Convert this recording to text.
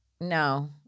No